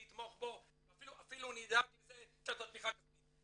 אני אתמוך בו ואפילו נדאג לתת לו תמיכה כספית,